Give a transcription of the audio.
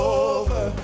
over